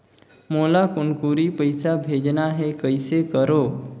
मोला कुनकुरी पइसा भेजना हैं, कइसे करो?